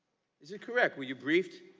is it correct? were you briefed